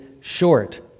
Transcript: short